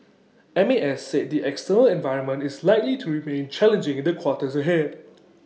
M A S said the external environment is likely to remain challenging in the quarters ahead